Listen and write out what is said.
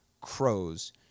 crows